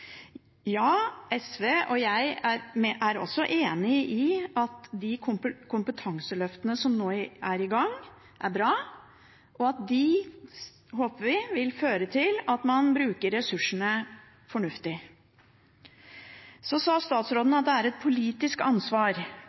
Ja, SV og jeg er også enig i at de kompetanseløftene som nå er i gang, er bra, og at de – håper vi – vil føre til at man bruker ressursene fornuftig. Statsråden sa at det er et politisk ansvar